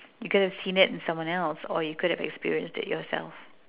you could have seen it in someone else or you could have experienced it yourself